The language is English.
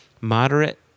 moderate